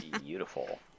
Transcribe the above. Beautiful